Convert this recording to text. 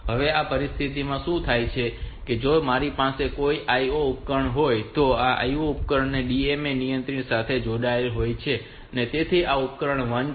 હવે આ પરિસ્થિતિમાં શું થાય છે કે જો મારી પાસે કોઈ IO ઉપકરણ હોય તો આ IO ઉપકરણો DMA નિયંત્રક સાથે જોડાયેલા હોય છે તેથી આ ઉપકરણ 1 છે અને આ ઉપકરણ 2 છે